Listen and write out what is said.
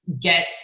get